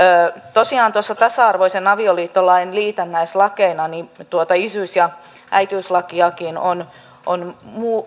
tosiaan tasa arvoisen avioliittolain liitännäislakeina tuota isyys ja äitiyslakiakin on on